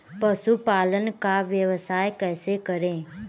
पशुपालन का व्यवसाय कैसे करें?